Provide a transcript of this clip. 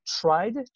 tried